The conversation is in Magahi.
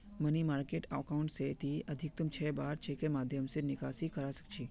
मनी मार्किट अकाउंट स ती अधिकतम छह बार चेकेर माध्यम स निकासी कर सख छ